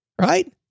right